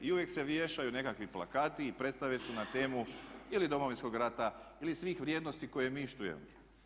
I uvijek se vješaju nekakvi plakati i predstave su na temu ili Domovinskog rata ili svih vrijednosti koje mi štujemo.